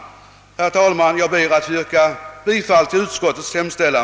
Herr talman! Jag ber att på alla punkter få yrka bifall till utskottets hemställan.